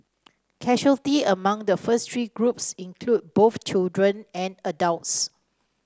casualty among the first three groups included both children and adults